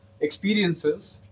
experiences